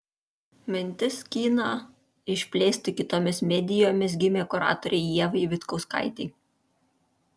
mintis kiną išplėsti kitomis medijomis gimė kuratorei ievai vitkauskaitei